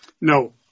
No